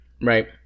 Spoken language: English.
Right